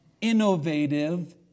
innovative